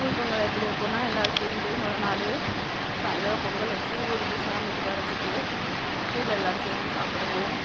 ஊர் பொங்கல் எப்படி வைப்போனா எல்லோரும் சேர்ந்து மொதல்நாளு சாயந்தரம் பொங்கல் வச்சு ஊருக்கு சாமிக்கு படைச்சிட்டு ஊரில் எல்லோரும் சேர்ந்து சாப்பிடுவோம்